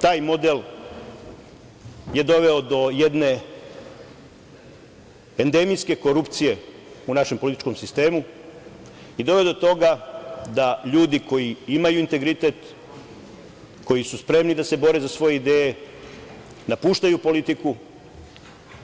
Taj model je doveo do jedne endemijske korupcije u našem političkom sistemu i doveo do toga da ljudi koji imaju integritet, koji su spremni da se bore za svoje ideje, napuštaju politiku,